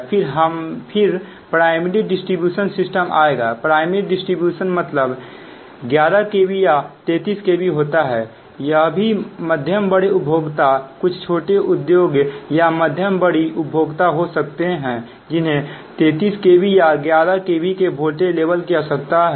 और फिर primary distribution system आएगा प्राइमरी डिस्ट्रीब्यूशन मतलब 11kv या 33kv होता है यहां भी मध्यम बड़े उपभोक्ता कुछ छोटे उद्योग या मध्यम बड़ी उपभोक्ता हो सकते हैं जिन्हें 33 kv या 11 kv के वोल्टेज स्तर की आवश्यकता है